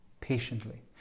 patiently